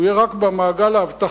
הוא יהיה רק במעגל האבטחתי.